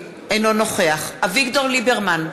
אינו נוכח אביגדור ליברמן,